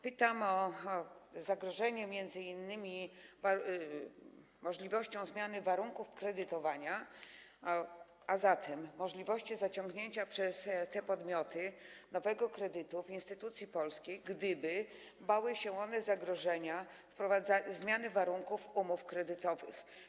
Pytam o zagrożenie związane m.in. z możliwością zmiany warunków kredytowania, a zatem z możliwością zaciągnięcia przez te podmioty nowego kredytu w instytucji polskiej, gdyby bały się one zagrożenia dotyczącego zmiany warunków umów kredytowych.